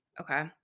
Okay